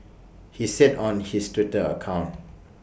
he said on his Twitter account